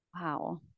Wow